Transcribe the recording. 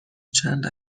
چند